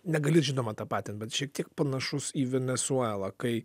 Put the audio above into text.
negali žinoma tapatinti bet šiek tiek panašus į venesuelą kai